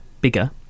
bigger